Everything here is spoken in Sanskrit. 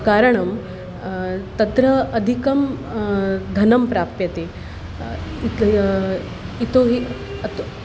कारणं तत्र अधिकं धनं प्राप्यते यतोहि अत्